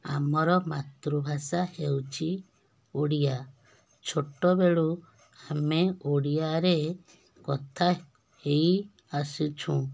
ଆମର ମାତୃଭାଷା ହେଉଛି ଓଡ଼ିଆ ଛୋଟବେଳୁ ଆମେ ଓଡ଼ିଆରେ କଥା ହେଇ ଆସୁଛୁ